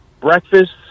breakfast